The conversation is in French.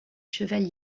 cheval